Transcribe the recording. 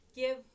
give